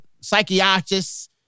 psychiatrist